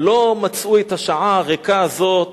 לא מצאו את השעה הריקה הזאת